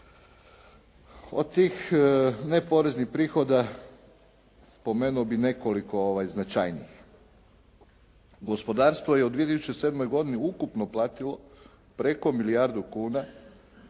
Od tih neporeznih prihoda spomenuo bih nekoliko značajnijih. Gospodarstvo je u 2007. godini ukupno platilo preko milijardu kuna